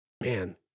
Man